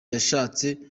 yashatse